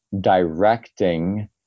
directing